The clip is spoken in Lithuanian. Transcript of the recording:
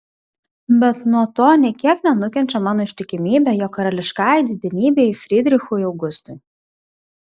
bet nuo to nė kiek nenukenčia mano ištikimybė jo karališkajai didenybei frydrichui augustui